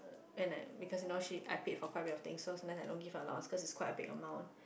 and I because you know she active for quite a lot of thing so I don't give a lot because it's quite a big amount